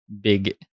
big